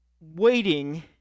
waiting